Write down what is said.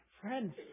Friends